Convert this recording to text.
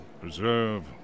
Preserve